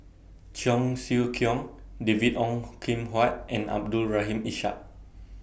Cheong Siew Keong David Ong Kim Huat and Abdul Rahim Ishak